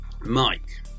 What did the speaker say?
Mike